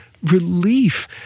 relief